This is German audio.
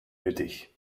nötig